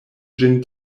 ĝin